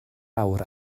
awr